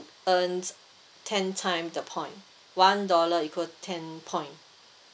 earns ten time the point one dollar equal ten point